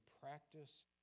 practice